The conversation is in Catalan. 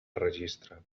registre